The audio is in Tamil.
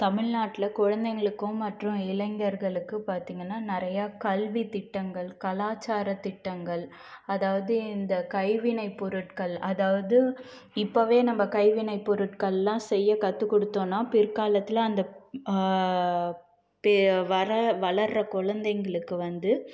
தமிழ் நாட்டில் குழந்தைங்களுக்கும் மற்றும் இளைஞர்களுக்கு பார்த்தீங்கன்னா நிறையா கல்வி திட்டங்கள் கலாச்சார திட்டங்கள் அதாவது இந்த கைவினைப் பொருட்கள் அதாவது இப்போவே நம்ம கைவினைப் பொருட்களெல்லாம் செய்ய கற்றுக் கொடுத்தோன்னா பிற்காலத்தில் அந்த பே வர வளர்கிற குழந்தைங்களுக்கு வந்து